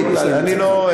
אני מציע,